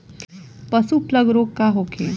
पशु प्लग रोग का होखे?